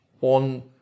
on